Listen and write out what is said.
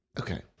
Okay